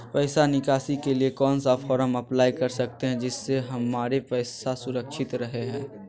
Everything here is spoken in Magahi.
पैसा निकासी के लिए कौन सा फॉर्म अप्लाई कर सकते हैं जिससे हमारे पैसा सुरक्षित रहे हैं?